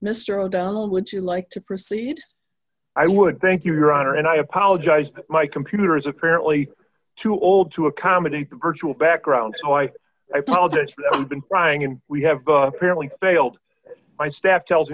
mr o'donnell would you like to proceed i would thank you your honor and i apologize my computer is apparently too old to accommodate virtual background so i apologize been crying and we have apparently failed my staff tells me